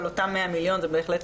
אבל אותם 100 מיליון זו בהחלט